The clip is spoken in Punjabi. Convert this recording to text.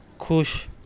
ਖੁਸ਼